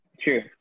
true